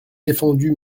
défendu